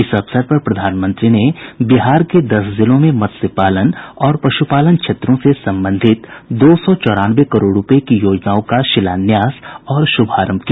इस अवसर पर प्रधानमंत्री ने बिहार के दस जिलों में मत्स्य पालन और पशुपालन क्षेत्रों से संबंधित दो सौ चौरानवे करोड़ रूपये की योजनाओं का शिलान्यास और शुभारंभ किया